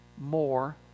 more